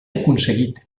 aconseguit